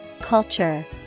culture